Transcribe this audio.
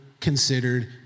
considered